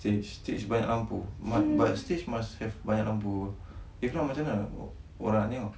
stage stage banyak lampu but stage must have banyak lampu apa if not macam mana orang nak tengok